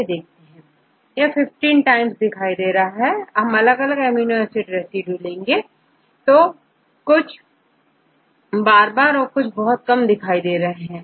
15टाइम्स यदि आप अलग अलग अमीनो एसिड रेसिड्यू देखें तो कुछ बार बार और कुछ बहुत कम वार दिखाई दे रहे हैं